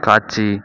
காட்சி